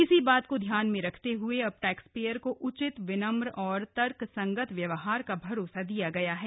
इसी बात को ध्यान में रखते हुए अब टैक्सपेयर को उचित विनम्र और तर्कसंगत व्यवहार का भरोसा दिया गया है